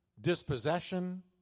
dispossession